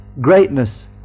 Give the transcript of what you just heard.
greatness